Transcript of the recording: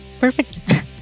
perfect